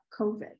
COVID